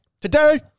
today